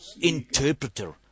interpreter